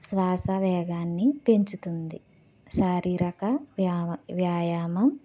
శ్వాస వేగాన్నిపెంచుతుంది శారీరక వ్యావ వ్యాయామం